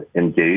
engage